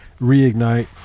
reignite